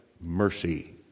mercy